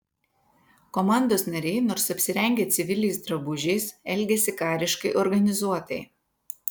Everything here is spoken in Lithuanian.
komandos nariai nors apsirengę civiliais drabužiais elgėsi kariškai organizuotai